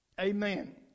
Amen